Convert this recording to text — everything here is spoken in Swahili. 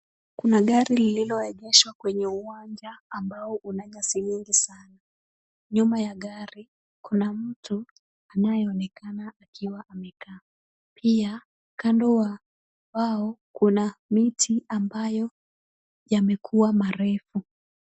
Kuna gari lililoegeshwa kwenye uwanja ambao una nyasi nyingi sana. Nyuma ya gari kuna mtu anayeonekana akiwa amekaa, pia kando wa wao kuna miti ambayo yamekuwa mirefu.